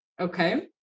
Okay